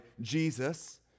Jesus